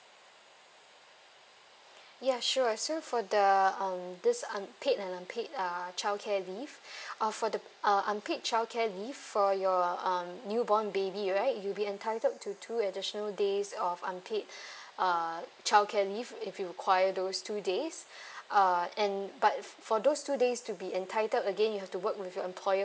ya sure so for the um this unpaid unpaid uh childcare leave uh for the uh unpaid childcare leave for your um new born baby right you'll be entitled to two additional days of unpaid uh childcare leave if you require those two days uh and but for those two days to be entitled again you have to work with your employer